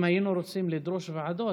אם היינו רוצים לדרוש ועדות,